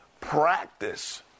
practice